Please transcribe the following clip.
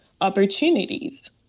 opportunities